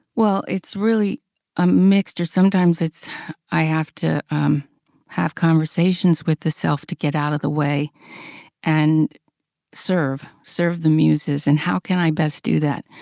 well, it's really a mix. sometimes it's i have to um have conversations with the self to get out of the way and serve serve the muses and how can i best do that?